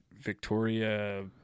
Victoria